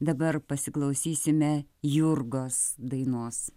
dabar pasiklausysime jurgos dainos